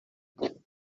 what